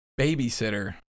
Babysitter